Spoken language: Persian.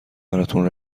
براتون